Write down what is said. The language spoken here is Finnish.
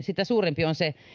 sitä suurempi on se